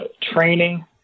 training